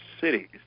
cities